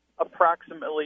approximately